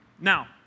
Now